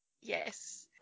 yes